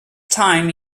time